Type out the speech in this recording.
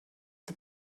the